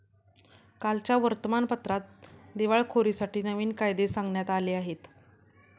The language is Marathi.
कालच्या वर्तमानपत्रात दिवाळखोरीसाठी नवीन कायदे सांगण्यात आले आहेत